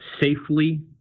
safely